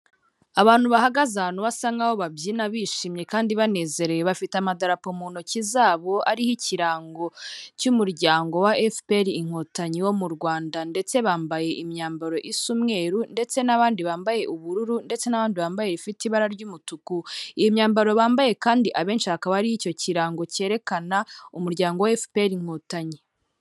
Abantu bahagaze ahantu basa nk'aho babyina bishimye kandi banezerewe bafite amadarapo mu ntoki zabo, ariho ikirango cy'umuryango wa FPR inkotanyi wo mu Rwanda, ndetse bambaye imyambaro isa umweru ndetse n'abandi bambaye ubururu, ndetse n'abandi bambaye ifite ibara ry'umutuku. Iyi myambaro bambaye kandi abenshi hakaba hariho icyo kirango cyerekana umuryango FPR inkotanyi.